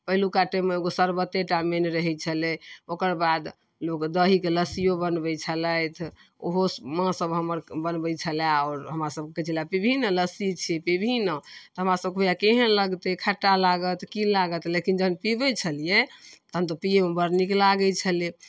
पहिलुका टाइममे एगो शरबतेटा मेन रहै छलै ओकर बाद लोक दहीके लस्सिओ बनबै छलथि ओहो माँसभ हमर बनबै छलै आओर हमरा सभके कहै छलै पिबही ने लस्सी छी पिबही ने तऽ हमरा सभके हुअए केहन लगतै खट्टा लागत कि लागत लेकिन जखन पिबै छलिए तहन तऽ पिएमे बड़ नीक लागै छलै